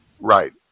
Right